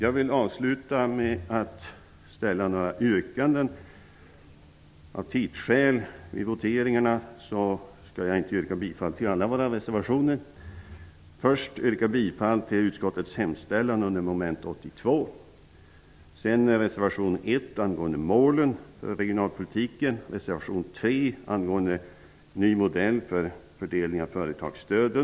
Jag vill avsluta med att framställa några yrkanden. Av tidsskäl vid voteringarna skall jag inte yrka bifall till alla våra reservationer. Först yrkar jag bifall till utskottets hemställan under mom. 82. Sedan yrkar jag bifall till res. 1 angående målen för regionalpolitiken och res. 3 angående en ny modell för fördelning av företagsstöden.